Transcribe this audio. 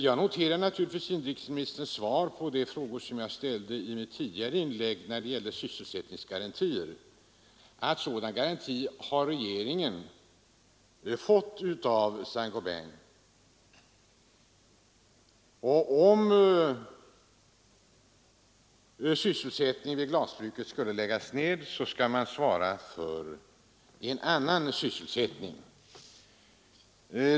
Jag noterar naturligtvis industriministerns svar på de frågor som jag i mitt tidigare inlägg ställde angående sysselsättningsgarantier, nämligen att regeringen har fått sådana garantier av Saint-Gobain och att man, om sysselsättningen vid glasbruken skulle läggas ned, skall svara för annan sysselsättning.